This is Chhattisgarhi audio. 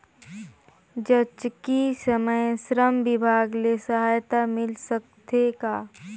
जचकी समय श्रम विभाग ले सहायता मिल सकथे का?